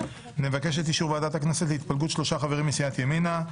נבקש את אישור ועדת הכנסת להתפלגות שלושה חברים מסיעת ימינה.